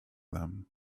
them